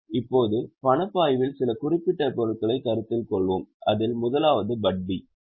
இப்போது பணப்பாய்வில் சில குறிப்பிட்ட பொருட்களைக் கருத்தில் கொள்வோம் அதில் முதலாவது 'வட்டி'